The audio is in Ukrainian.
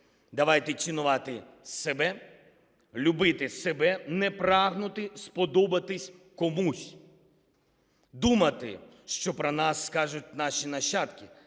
Давайте цінувати себе, любити себе, не прагнути сподобатись комусь, думати, що про нас скажуть наші нащадки,